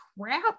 crap